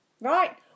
right